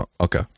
okay